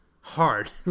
hard